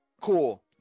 cool